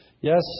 Yes